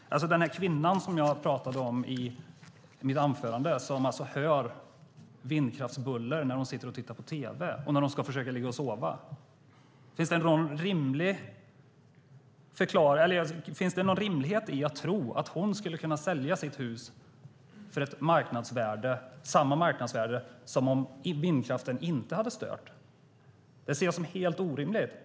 Jag pratade i mitt anförande om en kvinna som hör vindkraftsbuller när hon sitter och tittar på tv och när hon ska försöka sova. Finns det någon rimlighet i att tro att hon skulle kunna sälja sitt hus till samma marknadsvärde som om vindkraften inte hade stört? Det ser jag som helt orimligt.